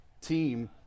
team